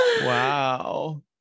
Wow